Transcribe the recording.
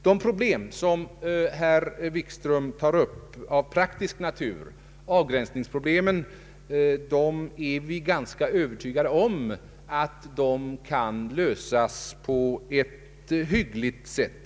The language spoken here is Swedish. De problem av praktisk natur som herr Wikström tar upp, avgränsningsproblemen, kan — det är vi ganska övertygade om — lösas på ett hyggligt sätt.